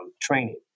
training